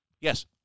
yes